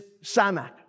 samak